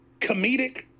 comedic